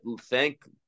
thank